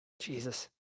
jesus